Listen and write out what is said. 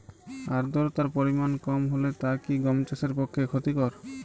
আর্দতার পরিমাণ কম হলে তা কি গম চাষের পক্ষে ক্ষতিকর?